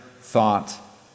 thought